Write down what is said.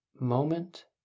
moment